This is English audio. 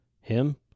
Him